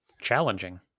challenging